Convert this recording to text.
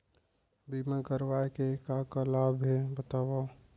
बीमा करवाय के का का लाभ हे बतावव?